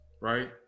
right